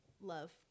love